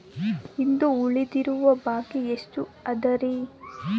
ಇಂದು ಉಳಿದಿರುವ ಬಾಕಿ ಎಷ್ಟು ಅದರಿ?